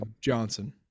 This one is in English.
Johnson